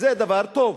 זה דבר טוב.